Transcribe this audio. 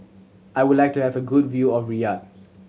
I would like to have a good view of Riyadh